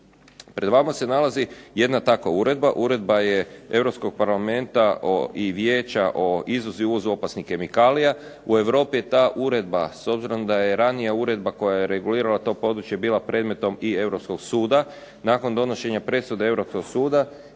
Pred vama se nalazi jedna takva uredba. Uredba je Europskog parlamenta i Vijeća o izvozu i uvozu opasnih kemikalija. U Europi je ta uredba s obzirom da je ranija uredba koja je regulirala to područje bila predmetom i Europskog suda. Nakon donošenja presude Europskog suda